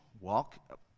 walk